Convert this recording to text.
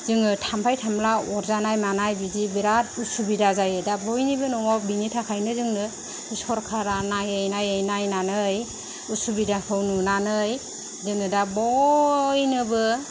जोङो थाम्फै थामला अरजानाय मानाय बिदि बिरात उसुबिदा जायो दा बयनिबो न'आव बिनि थाखायनो जोंनो सरखारा नायै नायै नायनानै उसुबिदाखौ नुनानै जोंनो दा बयनोबो